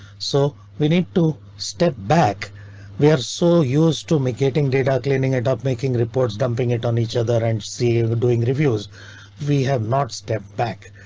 so we need to step back where so used to mckeating data cleaning? adopt making reports, dumping it on each other, and see if doing reviews we have not stepped back.